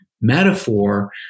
metaphor